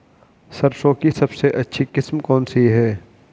सरसों की सबसे अच्छी किस्म कौन सी है?